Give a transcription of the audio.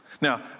Now